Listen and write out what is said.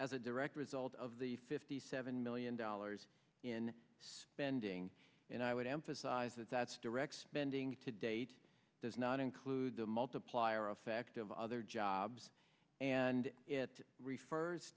as a direct result of the fifty seven million dollars in spending and i would emphasize that that's direct spending to date does not include the multiplier effect of other jobs and it refers